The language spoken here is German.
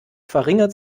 verringert